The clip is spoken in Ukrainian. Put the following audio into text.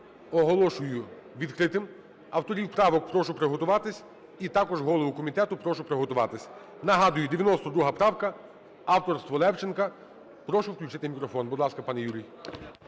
оголошую відкритим. Авторів правок прошу приготуватись і також голову комітету прошу приготуватись. Нагадую, 92 правка, авторство Левченка. Прошу включити мікрофон. Будь ласка, пане Юрію.